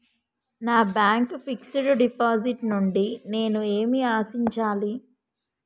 నా bank fixed deposit నుండి నేను ఏమి ఆశించాలి?